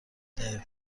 دقیق